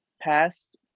past